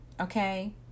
okay